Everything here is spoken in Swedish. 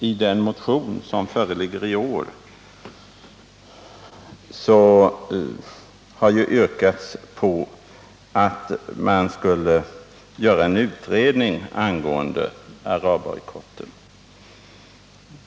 I den motion som föreligger i år har yrkats på en utredning angående arabbojkotten.